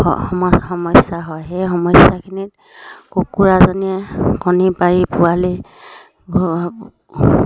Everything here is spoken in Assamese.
সমস্যা হয় সেই সমস্যাখিনিত কুকুৰাজনীয়ে কণী পাৰি পোৱালি